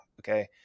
Okay